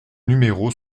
numéro